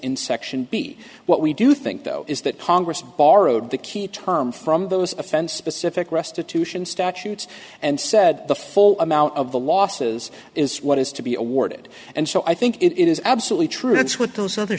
in section b what we do think though is that congress borrowed the key term from those offense specific restitution statutes and said the full amount of the losses is what is to be awarded and so i think it is absolutely true that's what those